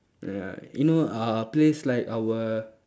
ya you know uh place like our